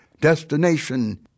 Destination